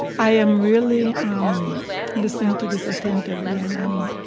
i am really um listening to this attentively and i'm,